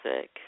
sick